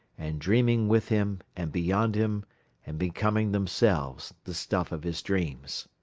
and dreaming with him and beyond him and becoming themselves the stuff of his dreams.